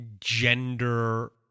gender